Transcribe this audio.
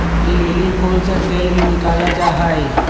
lily फूल से तेल भी निकाला जाहई